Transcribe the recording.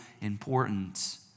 important